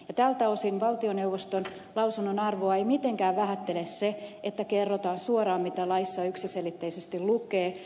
tältä osin valtioneuvoston lausunnon arvoa ei mitenkään vähättele se että kerrotaan suoraan mitä laissa yksiselitteisesti lukee